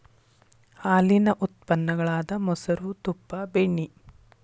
ಹಾಲೇನ ಉತ್ಪನ್ನ ಗಳಾದ ಮೊಸರು, ತುಪ್ಪಾ, ಬೆಣ್ಣಿ